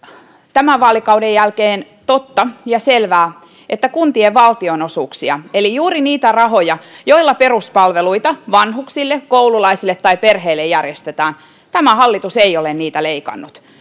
tämän vaalikauden jälkeen totta ja selvää että kuntien valtionosuuksia eli juuri niitä rahoja joilla peruspalveluita vanhuksille koululaisille ja perheille järjestetään tämä hallitus ei ole leikannut